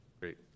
Great